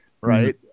right